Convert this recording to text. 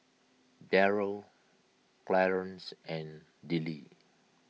Jeryl Clarance and Dillie